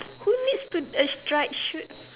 who needs to